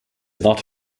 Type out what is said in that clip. not